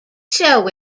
show